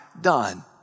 done